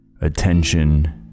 attention